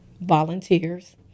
volunteers